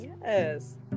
Yes